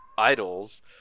idols